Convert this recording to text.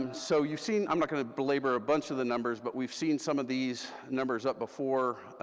um so you've seen, i'm not going to belabor a bunch of the numbers, but we've seen some of these numbers up before,